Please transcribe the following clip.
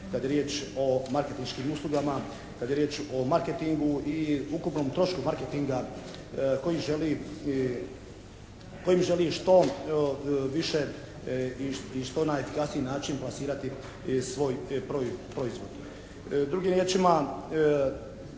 kada je riječ o marketinškim uslugama, kad je riječ o marketingu i ukupnom trošku marketinga kojim želi što više i što na efikasniji način plasirati svoj proizvod. Drugim riječima